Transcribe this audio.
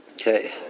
Okay